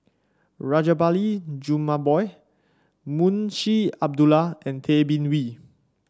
Rajabali Jumabhoy Munshi Abdullah and Tay Bin Wee